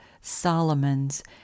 Solomons